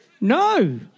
No